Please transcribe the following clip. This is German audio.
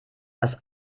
das